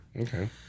Okay